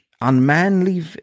unmanly